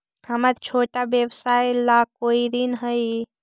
हमर छोटा व्यवसाय ला कोई ऋण हई?